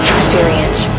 Experience